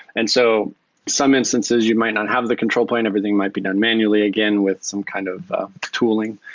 and so some instances, you might not have the control plane. everything might be done manually again with some kind of tooling.